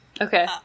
Okay